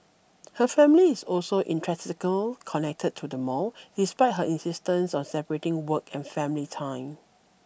her family is also intrinsically connected to the mall despite her insistence on separating work and family time